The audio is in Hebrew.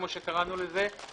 כמו שקראנו לזה,